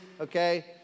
okay